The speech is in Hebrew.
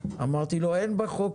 אמרתי לו אין בחוק